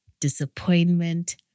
disappointment